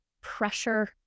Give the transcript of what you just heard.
pressure